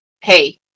hey